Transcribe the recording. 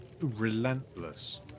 relentless